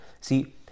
See